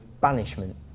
banishment